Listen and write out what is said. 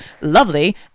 lovely